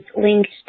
linked